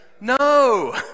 no